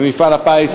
ומפעל הפיס,